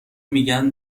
میگن